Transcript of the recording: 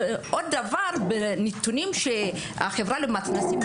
עוד דבר, מהנתונים שהציגו החברה למתנ"סים,